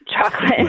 chocolate